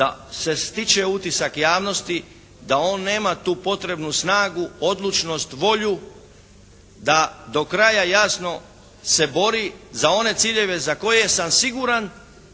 da se stiče utisak javnosti da on nema tu potrebnu snagu, odlučnost, volju da do kraja jasno se bori za one ciljeve za koje sam siguran